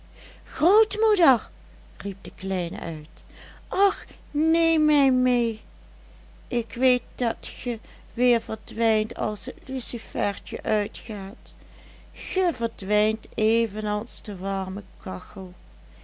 grootmoeder riep de kleine uit och neem mij mee ik weet dat ge weer verdwijnt als het lucifertje uitgaat ge verdwijnt evenals de warme kachel